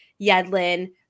Yedlin